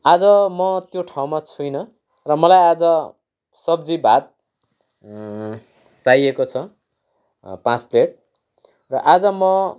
आज म त्यो ठाउँमा छुइनँ र मलाई आज सब्जी भात चाहिएको छ पाँच प्लेट र आज म